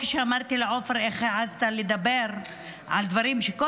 אמרתי לעופר: איך העזת לדבר על דברים שכל